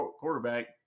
quarterback